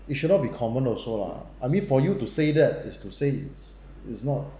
it should not be common also lah I mean for you to say that is to say it's it's not